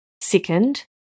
Second